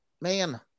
man